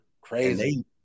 Crazy